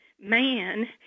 man